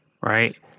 right